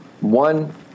One